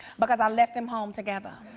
because i left them home together.